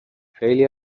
خیلی